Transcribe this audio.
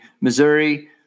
Missouri